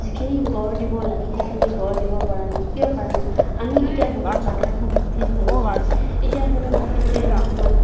যিখিনি গঢ় দিব লাগে সেইখিনি গঢ় দিব পৰা নাই কিয় পৰা নাই আমি এতিয়া বহুত বাধাৰ সন্মুখীন হৈ আছোঁ এতিয়া ধৰক বিশেষকে ধৰক আমাৰ